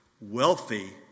wealthy